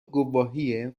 گواهی